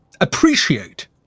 appreciate